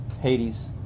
Hades